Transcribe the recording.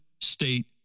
state